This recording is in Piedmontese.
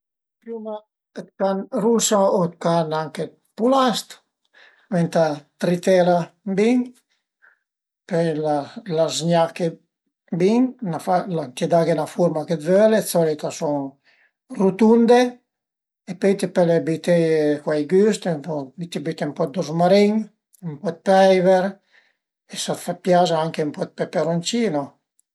Piuma dë carn rusa u anche dë carn dë pulast, ëntà tritela bin, pöi la zgnache bin, t'ie daghe 'na furma che völe, d'solit a sun rutunde e pöi pöle büteie cuai güst, t'ie büte ën po dë ruzmarin, ën po dë peiver e s'a të pias anche ën po dë peperoncino